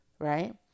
right